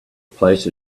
placed